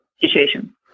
situation